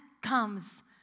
comes